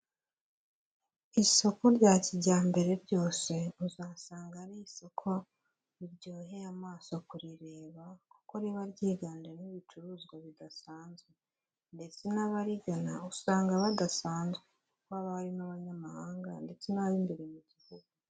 Isoko rya kijyambere ryose uzasanga ari isoko riryoheye amaso kurireba, kuko riba ryiganjemo n'ibicuruzwa bidasanzwe ndetse n'abarigana usanga badasanzwe, kuko haba hari n'abanyamahanga ndetse n'ab'imbere mu gihugu.